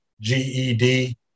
GED